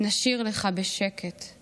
/ נשיר לך בשקט /